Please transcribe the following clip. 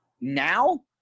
Now